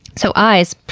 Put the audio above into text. so, eyes?